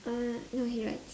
uh no he rides